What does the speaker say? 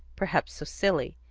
perhaps so silly.